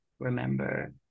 remember